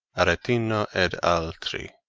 aretino ed altri,